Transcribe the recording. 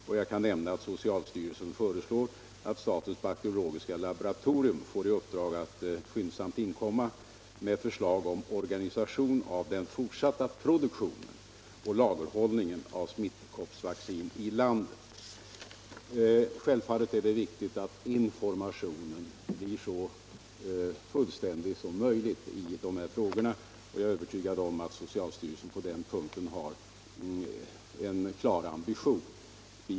Jag kan även nämna att socialstyrelsen föreslår att statens bakteriologiska laboratorium får i uppdrag att skyndsamt inkomma med förslag om organisation av den fortsatta produktionen och lagerhållningen av smittkoppsvaccin i landet. Självfallet är det viktigt att informationen blir så fullständig som möjligt i de här frågorna. Jag är övertygad om att socialstyrelsen på den punkten har en klar ambition.